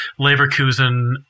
Leverkusen